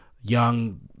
Young